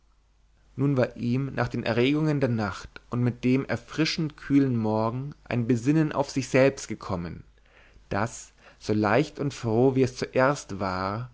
nun war ihm nach den erregungen der nacht und mit dem erfrischend kühlen morgen ein besinnen auf sich selbst gekommen das so leicht und froh wie es zuerst war